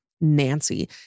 Nancy